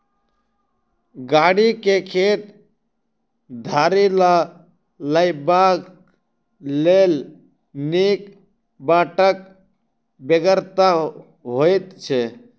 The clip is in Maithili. गाड़ी के खेत धरि ल जयबाक लेल नीक बाटक बेगरता होइत छै